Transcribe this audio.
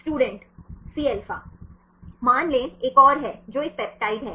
student Cα मान ले एक और है जो एक पेप्टाइड है